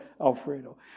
Alfredo